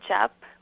up